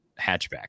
hatchback